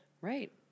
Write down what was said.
right